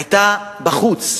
היו בחוץ.